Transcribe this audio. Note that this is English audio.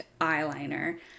eyeliner